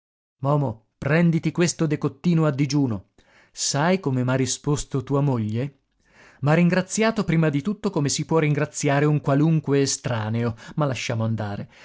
momo prenditi questo decottino a digiuno sai come m'ha risposto tua moglie m'ha ringraziato prima di tutto come si può ringraziare un qualunque estraneo ma lasciamo andare